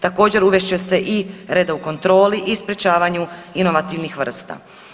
Također uvest će se i reda u kontrolu i sprečavanju inovativnih vrsta.